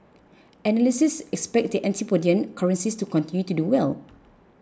analysts expect the antipodean currencies to continue to do well